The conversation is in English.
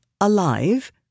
alive